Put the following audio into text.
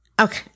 okay